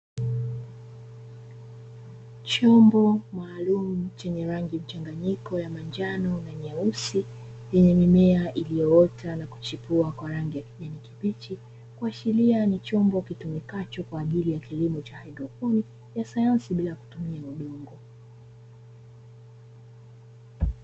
Chombo maalumu chenye rangi mchanganyiko ya manjano na nyeusi, chenye mimea iliyoota na kuchipua kwa rangi ya kijani kibichi, kuashiria ni chombo kitumikacho kwa ajili ya kilimo cha haidroponi ya sayansi bila kutumia udongo.